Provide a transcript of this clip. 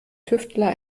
tüftler